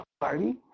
party